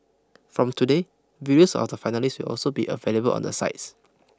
from today videos of the finalists will also be available on the sites